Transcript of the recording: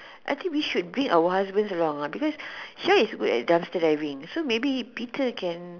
I think we should bring our husbands around ah because Sha is good at dumpster diving so maybe Peter can